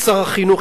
ויש לו,